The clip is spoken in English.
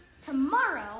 tomorrow